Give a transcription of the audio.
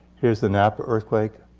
here's the napa earthquake.